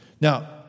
Now